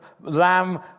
lamb